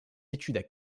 études